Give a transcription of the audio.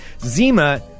Zima